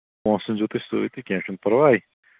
پونسہٕ أنۍزیو تُہۍ سۭتۍ تہٕ کیٚنٛہہ چھُنہٕ پَرواے